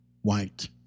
white